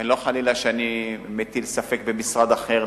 ואני לא מטיל, חלילה, ספק במשרד אחר.